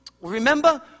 remember